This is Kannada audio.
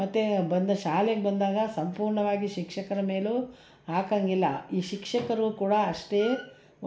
ಮತ್ತು ಬಂದ ಶಾಲೆಗೆ ಬಂದಾಗ ಸಂಪೂರ್ಣವಾಗಿ ಶಿಕ್ಷಕರ ಮೇಲೂ ಹಾಕೋಂಗಿಲ್ಲ ಈ ಶಿಕ್ಷಕರು ಕೂಡ ಅಷ್ಟೇ